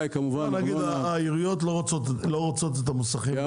העיריות לא רוצות את המוסכים?